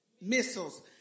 missiles